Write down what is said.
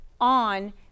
on